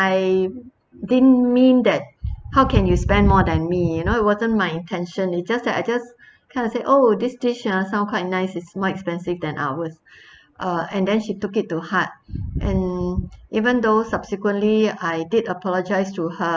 I didn't mean that how can you spend more than me you know it wasn't my intention it just that I just kind of say oh this dish ah sound quite nice it's more expensive than ours uh and then she took it to heart and even though subsequently I did apologize to her